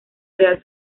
real